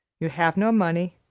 you have no money.